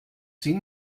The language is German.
sie